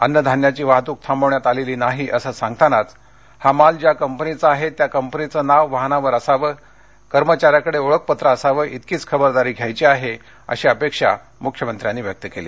अन्नधान्याची वाहतूक थांबवण्यात आलेली नाही असं सांगतानाच हा माल ज्या कंपनीचा आहे त्या कंपनीचं नाव वाहनावर असावं कर्मचाऱ्याकडे ओळखपत्र असावं इतकीच खबरदारी घ्यायची आहे अशी अपेक्षा मुख्यमंत्र्यांनी व्यक्त केली